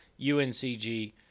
UNCG